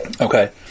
Okay